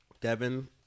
Devin